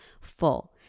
full